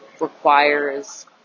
requires